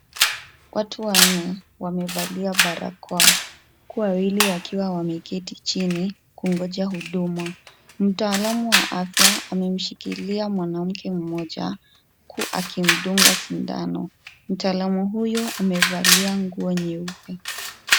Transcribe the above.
Watu wanne wamevalia barakoa huku wawili wakiwa wameketi chini kungojea huduma. Mtaalamu wa afya amemshikilia mwanamke mmoja huku akimdunga sindano. Mtaalamu huyu amevalia nguo nyeupe.